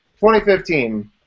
2015